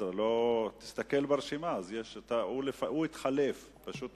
My dear friends from Europe, welcome